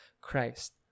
Christ